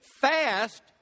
fast